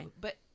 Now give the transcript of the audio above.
but-